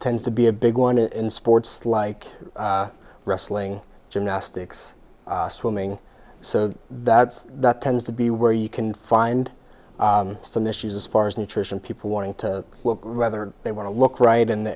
tends to be a big one in sports like wrestling gymnastics swimming so that's that tends to be where you can find some issues as far as nutrition people wanting to look rather they want to look right